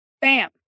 bam